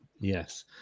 yes